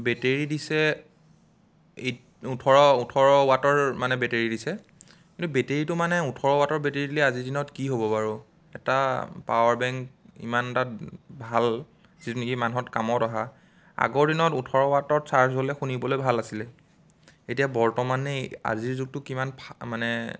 battery দিছে eight ওঠৰ ওঠৰ ৱাটৰ মানে বেটেৰী দিছে কিন্তু বেটেৰীটো মানে ওঠৰ ৱাটৰ বেটেৰী আজিৰ দিনত কি হ'ব বাৰু এটা পাৱাৰ বেংক ইমান এটা ভাল যিটো নেকি মানুহৰ কামত অহা আগৰ দিনত ওঠৰ ৱাটৰ চাৰ্জ হ'লে শুনিবলৈ ভাল আছিলে এতিয়া বৰ্তমানে আজিৰ যুগটো কিমান মানে